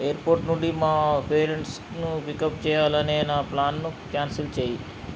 airport నుండి మా పేరెంట్స్ను పికప్ చేయాలనే నా ప్లాన్ను కాన్సిల్ చేయి